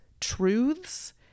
truths